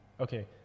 okay